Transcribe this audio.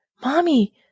mommy